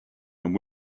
and